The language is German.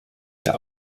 der